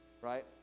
right